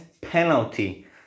penalty